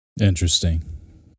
Interesting